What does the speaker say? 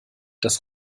dass